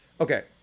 okay